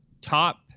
Top